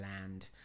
land